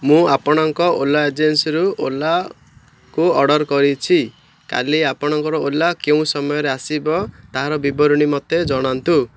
ମୁଁ ଆପଣଙ୍କ ଓଲା ଏଜେନ୍ସିରୁ ଓଲାକୁ ଅର୍ଡ଼ର୍ କରିଛି କାଲି ଆପଣଙ୍କର ଓଲା କେଉଁ ସମୟରେ ଆସିବ ତାହାର ବିବରଣୀ ମତେ ଜଣାନ୍ତୁ